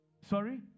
Sorry